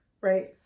Right